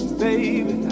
baby